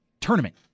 tournament